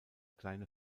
kleine